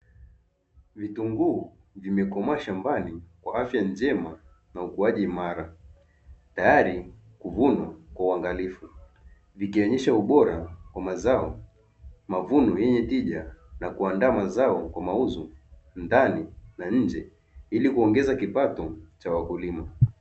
Vitunguu vimekomaa shambani kwa afya njema na ukuaji imara tayari kuvunwa kwa uangalifu, vikionyesha ubora wa mazao mavuno yenye tija na kuandaa mazao kwa mauzo ndani na nje ili kuongeza kipato kwa wakulima.